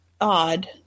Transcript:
odd